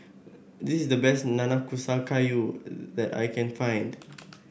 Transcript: this is the best Nanakusa Gayu that I can find